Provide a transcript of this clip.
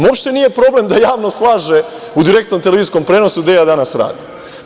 Uopšte nije problem da javno slaže u direktnom televizijskom prenosu gde ja danas radim.